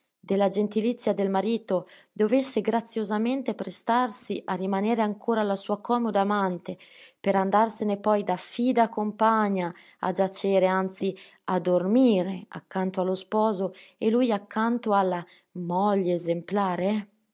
della gentilizia del marito dovesse graziosamente prestarsi a rimanere ancora la sua comoda amante per andarsene poi da fida compagna a giacere anzi a dormire accanto allo sposo e lui accanto alla moglie esemplare